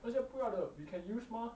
那些不要的 we can use mah